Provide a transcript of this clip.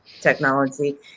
technology